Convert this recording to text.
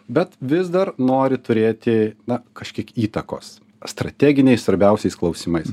bet vis dar nori turėti na kažkiek įtakos strateginiais svarbiausiais klausimais